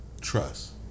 trust